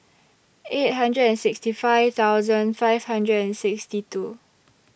eight hundred and sixty five thousand five hundred and sixty two